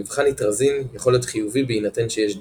מבחן ניטרזין יכול להיות חיובי בהינתן שיש דם,